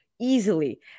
easily